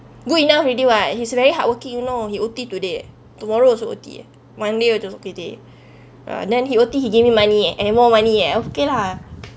good enough already [what] he's very hardworking you know he O_T today tomorrow also O_T eh monday also took O_T ah then he O_T he gave me money eh and more money eh okay lah